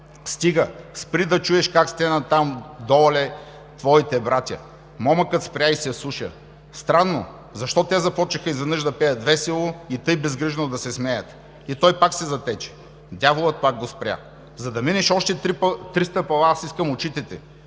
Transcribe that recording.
Стига! Спри да чуеш как стенат там доле твоите братя! Момъкът спря и се вслуша: – Странно, защо те започнаха изведнъж да пеят весело и тъй безгрижно да се смеят?... – И той пак се затече. Дяволът пак го спря: – За да минеш още три стъпала, аз искам очите ти!